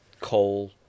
coal